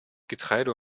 getreide